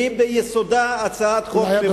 והיא ביסודה הצעת חוק מבורכת.